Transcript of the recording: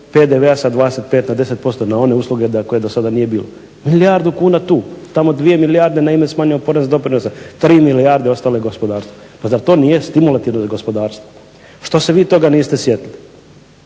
PDV-a sa 25 na 10% na one usluge koje do sada nije bilo. Milijardu kuna tu, tamo 2 milijarde na ime smanjenog poreznog doprinosa, 3 milijarde ostale gospodarstvu. Pa zar to nije stimulativno gospodarstvu? Što se vi toga niste sjetili,